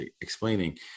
explaining